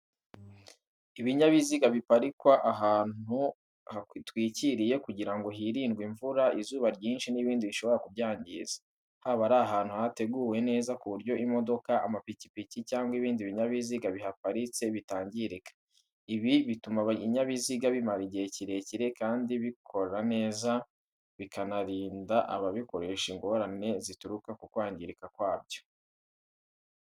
Ibinyabiziga biparikwa ahantu hatwikiriye kugira ngo birindwe imvura, izuba ryinshi n'ibindi bishobora kubyangiza. Haba ari ahantu hateguwe neza ku buryo imodoka, amapikipiki, cyangwa ibindi binyabiziga bihaparitse bitangirika. Ibi bituma ibinyabiziga bimara igihe kirekire kandi bikora neza, bikanarinda ababikoresha ingorane zituruka ku kwangirika kwabyo.